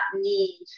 need